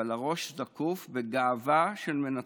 אבל הראש זקוף בגאווה של מנצחים.